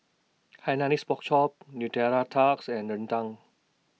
Hainanese Pork Chop Nutella Tarts and Rendang